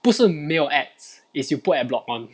不是没有 ads is you put ad block on